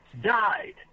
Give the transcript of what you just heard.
died